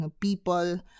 People